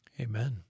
Amen